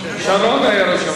שרון היה ראש הממשלה.